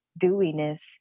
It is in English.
dewiness